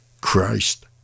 Christ